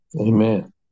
amen